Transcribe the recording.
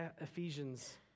Ephesians